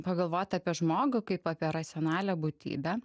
pagalvot apie žmogų kaip apie racionalią būtybę